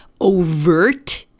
overt